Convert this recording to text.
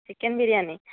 chicken biryani